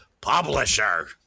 publisher